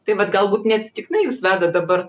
tai vat galbūt neatsitiktinai jūs vedat dabar